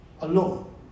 alone